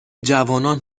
جوانان